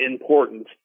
important